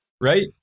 right